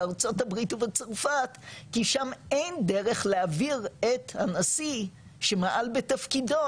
בארצות הברית וצרפת כי שם אין דרך להעביר את הנשיא שמעל בתפקידו